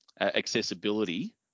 accessibility